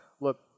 look